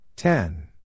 Ten